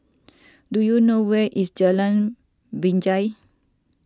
do you know where is Jalan Binjai